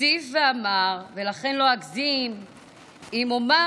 הוסיף ואמר: ולכן לא אגזים אם אומר